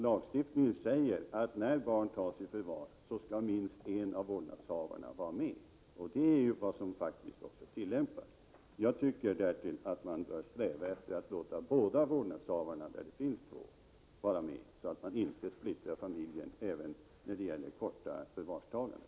Lagstiftningen säger att när barn tas i förvar skall minst en av vårdnadshavarna vara med. Det är den lag som faktiskt tillämpas. Jag tycker därtill att man skall sträva efter att låta båda vårdnadshavarna—i den mån det finns två — vara med, så att man inte splittrar familjen ens när det gäller korta förvaringstider.